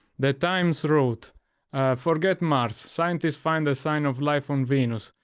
the times wrote forget mars scientists find a sign of life on venus.